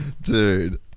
dude